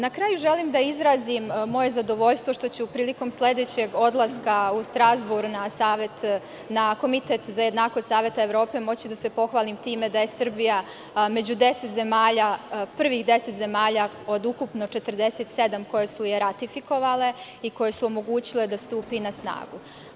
Na kraju, želim da izrazim moje zadovoljstvo što ću prilikom sledećeg odlaska u Strazbur na Komitet za jednakost Saveta Evrope moći da se pohvalim time da je Srbija među prvih 10 zemalja od ukupno 47 koje su je ratifikovale i koje su omogućile da stupi na snagu.